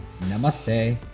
namaste